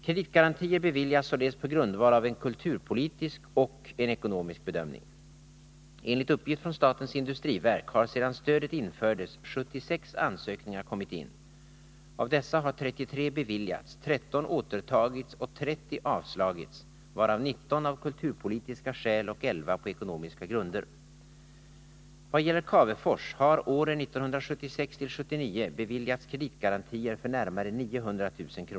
Kreditgarantier beviljas således på grundval av en kulturpolitisk och ekonomisk bedömning. Enligt uppgift från statens industriverk har sedan stödet infördes 76 ansökningar kommit in. Av dessa har 33 beviljats, 13 återtagits och 30 avslagits, varav 19 av kulturpolitiska skäl och 11 på ekonomiska grunder. Vad gäller Cavefors har åren 1976-1979 beviljats kreditgarantier för närmare 900 000 kr.